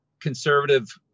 conservative